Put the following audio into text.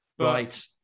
Right